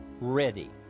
ready